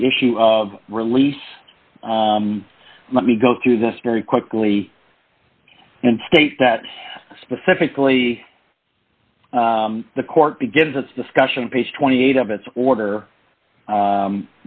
the issue of release let me go through this very quickly and state that specifically the court begins its discussion page twenty eight of its order